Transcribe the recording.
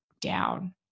down